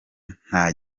nta